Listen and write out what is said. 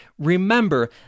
Remember